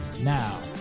Now